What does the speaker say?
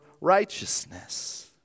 righteousness